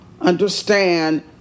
understand